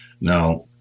Now